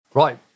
Right